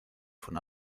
von